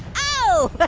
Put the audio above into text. oh! but